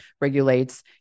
regulates